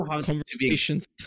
conversations